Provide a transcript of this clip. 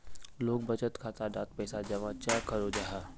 लोग बचत खाता डात पैसा जमा चाँ करो जाहा?